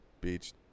beach